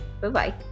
Bye-bye